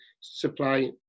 supply